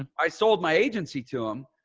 i sold my agency to them.